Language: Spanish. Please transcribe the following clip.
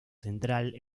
central